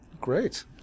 great